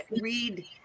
read